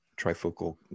trifocal